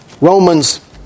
Romans